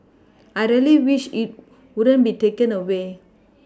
I really wish it wouldn't be taken away